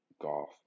golf